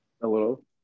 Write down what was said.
Hello